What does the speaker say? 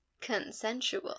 consensual